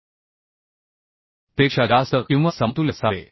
7 पेक्षा जास्त किंवा समतुल्य असावे